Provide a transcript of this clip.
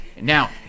now